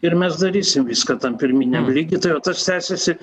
ir mes darysim viską tam pirminiam lygy tai va tas tęsiasi